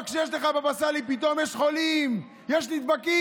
אבל כשיש לך בבא סאלי, פתאום יש חולים, יש נדבקים.